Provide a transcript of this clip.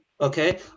Okay